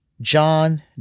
John